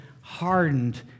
hardened